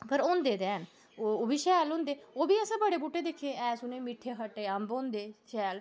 अगर होंदे ते हैन ओह् बी शैल होंदे ओह् बी अस बड़े बूह्टे दिक्खे ऐहे सोह्ने मिट्ठे खट्टे अम्ब होंदे शैल